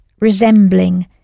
resembling